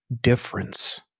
difference